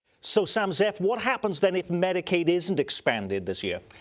so sam zeff, what happens then if medicaid isn't expanded this year?